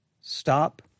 Stop